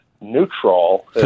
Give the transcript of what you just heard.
neutral